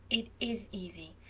it is easy.